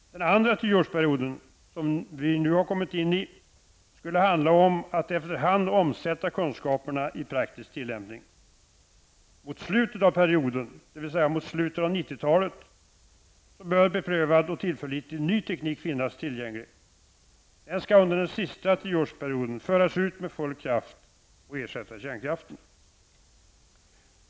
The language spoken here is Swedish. Den andra tioårsperioden, som vi nu har kommit in i, skulle handla om att efter hand omsätta kunskaperna i praktisk tillämpning. Mot slutet av perioden, dvs. mot slutet av 90-talet, bör beprövad och tillförlitlig ny teknik finnas tillgänglig. Den skall under den sista tioårsperioden föras ut med full kraft och ersätta kärnkraften.